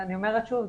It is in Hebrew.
אני אומרת שוב,